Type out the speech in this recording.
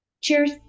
Cheers